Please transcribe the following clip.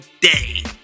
day